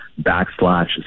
backslash